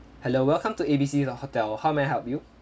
hello welcome to A B C hotel how may I help you